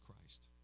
Christ